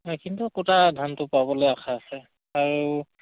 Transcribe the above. নাই কিন্তু কোটা ধানটো পাবলৈ আশা আছে আৰু